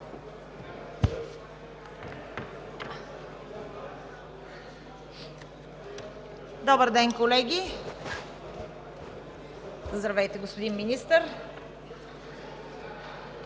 Добър ден, колеги! Здравейте, господин министър.